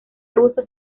rusa